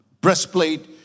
breastplate